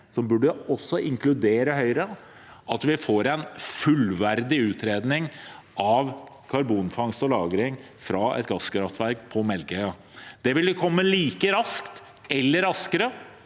også burde inkludere Høyre, for å få en fullverdig utredning av karbonfangst og lagring fra et gasskraftverk på Melkøya. Det ville kommet like raskt eller raskere,